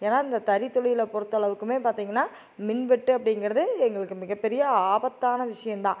ஏன்னா இந்த தறி தொழில் பொருத்த அளவுக்கும் பார்த்திங்கினா மின் வெட்டு அப்படிங்கிறது எங்களுக்கு மிக பெரிய ஆபத்தான விஷயம்தான்